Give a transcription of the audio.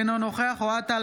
אינו נוכח אוהד טל,